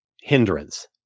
hindrance